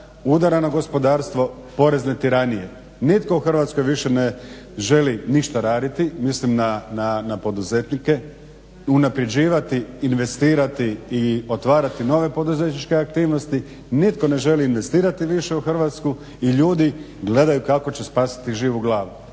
udara na gospodarstvo, porezne tiranije. Nitko u Hrvatskoj više ne želi ništa raditi, mislim na poduzetnike, unaprjeđivati, investirati i otvarati nove poduzetničke aktivnosti, nitko ne želi investirati više u Hrvatsku i ljudi gledaju kako će spasiti živu glavu.